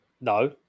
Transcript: No